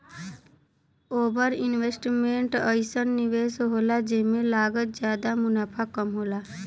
over investment अइसन निवेस होला जेमे लागत जादा मुनाफ़ा कम होला